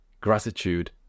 gratitude